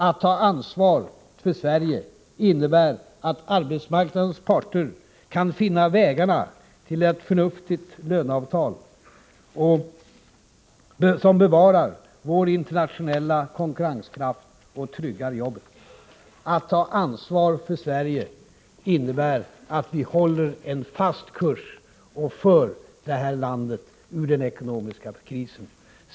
Att ta ansvar för Sverige innebär att arbetsmarknadens parter kan finna vägarna till ett förnuftigt löneavtal, som bevarar vår internationella konkurrenskraft och tryggar jobben. Att ta ansvar för Sverige innebär att vi håller en fast kurs och för det här landet ur den ekonomiska krisen.